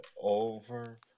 over